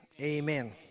amen